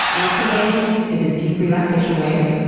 alpha wave is a deep relaxation wave.